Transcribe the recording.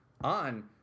on